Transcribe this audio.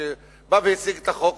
כשבא והציג את החוק,